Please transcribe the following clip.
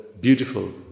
beautiful